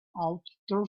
outer